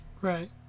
Right